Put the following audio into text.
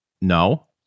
No